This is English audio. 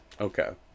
Okay